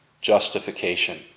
justification